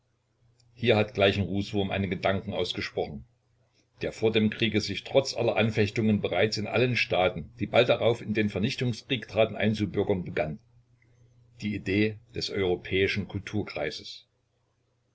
hier hat gleichen-rußwurm einen gedanken ausgesprochen der vor dem krieg sich trotz aller anfechtungen bereits in allen staaten die bald darauf in den vernichtungskrieg traten einzubürgern begann die idee des europäischen kulturkreises